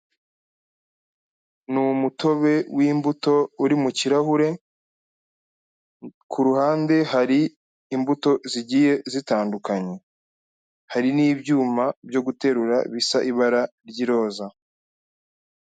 Ni umutobe w'imbuto uri mu kirahure, ku ruhande hari imbuto zigiye zitandukanye, hari n'ibyuma byo guterura bisa ibara ry'iroza.